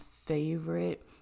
favorite